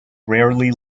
rarely